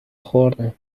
خوردن